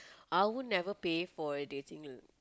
I will never pay for a dating